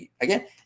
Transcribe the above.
Again